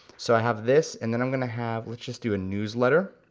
so i have this and then i'm gonna have, let's just do a newsletter.